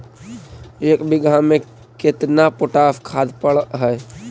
एक बिघा में केतना पोटास खाद पड़ है?